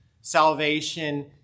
salvation